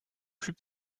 plus